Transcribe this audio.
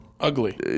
ugly